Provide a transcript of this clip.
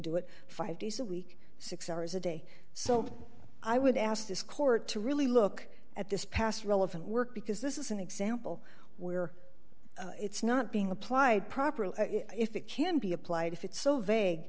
do it five days a week six hours a day so i would ask this court to really look at this past relevant work because this is an example where it's not being applied properly if it can be applied if it's so